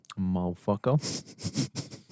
motherfucker